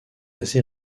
assez